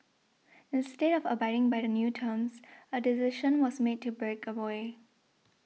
instead of abiding by the new terms a decision was made to break away